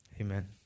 Amen